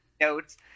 notes